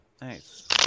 Nice